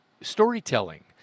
storytelling